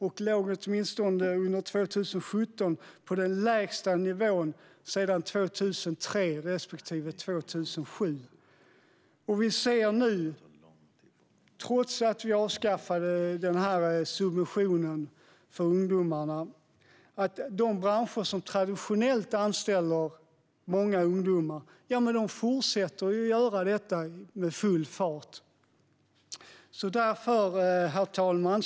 Den låg åtminstone under 2017 på den lägsta nivån sedan 2003 respektive 2007. Trots att subventionen för ungdomarna avskaffades ser vi nu att de branscher som traditionellt sett anställer många ungdomar fortsätter att göra det med full kraft. Herr talman!